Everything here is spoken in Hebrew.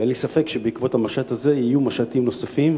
אין לי ספק שבעקבות המשט הזה יהיו משטים נוספים,